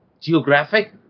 geographic